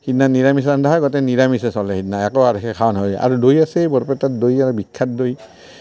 সেইদিনা নিৰামিষ ৰান্ধা হয় গোটেই নিৰামিষে চলে সেইদিনা একো আৰ সেই খোৱা নহয় আৰু দৈ আছে বৰপেটাৰ দৈ আৰ বিখ্যাত দৈ